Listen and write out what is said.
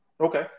Okay